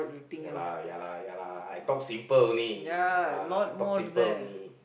ya lah ya lah ya lah I talk simple only ah talk simple only